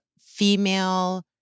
female